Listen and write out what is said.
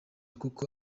kuko